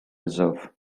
reserve